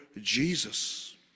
Jesus